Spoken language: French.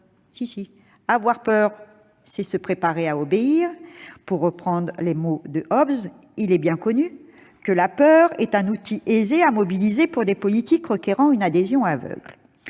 Comme « avoir peur, c'est se préparer à obéir », pour reprendre les mots de Hobbes, il est bien connu que la peur est un outil aisé à mobiliser pour des politiques requérant une adhésion aveugle.